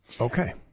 Okay